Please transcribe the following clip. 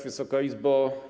Wysoka Izbo!